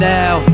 now